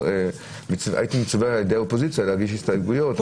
הייתי מצווה על-ידי האופוזיציה להגיש הסתייגויות.